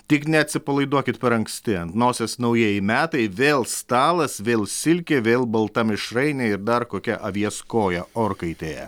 tik neatsipalaiduokit per anksti ant nosies naujieji metai vėl stalas vėl silkė vėl balta mišrainė ir dar kokia avies koja orkaitėje